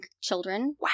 children